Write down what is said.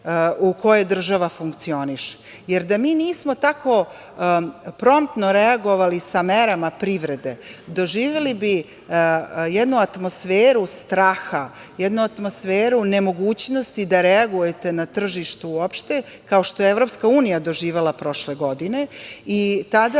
u kojoj država funkcioniše, jer da mi nismo tako promptno reagovali sa merama privrede, doživeli bi jednu atmosferu straha, jednu atmosferu nemogućnosti da reagujete na tržištu uopšte, kao što je EU doživela prošle godine i tada,